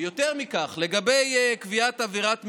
יותר מכך, לגבי קביעת עבירת משמעת,